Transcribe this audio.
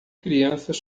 crianças